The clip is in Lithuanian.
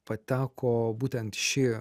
pateko būtent ši